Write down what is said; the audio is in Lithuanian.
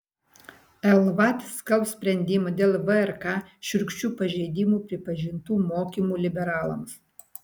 lvat skelbs sprendimą dėl vrk šiurkščiu pažeidimu pripažintų mokymų liberalams